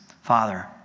Father